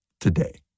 today